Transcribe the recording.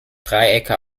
dreiecke